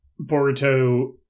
Boruto